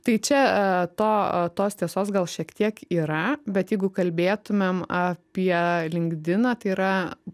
tai čia to tos tiesos gal šiek tiek yra bet jeigu kalbėtumėm apie linkdiną tai yra